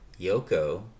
Yoko